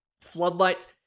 floodlights